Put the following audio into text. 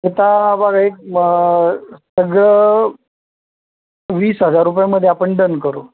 आता बघा एक मग सगळं वीस हजार रुपयांमध्ये आपण डन करू